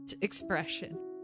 expression